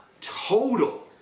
Total